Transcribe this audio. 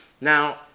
Now